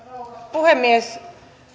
puhemies